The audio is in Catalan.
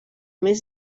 més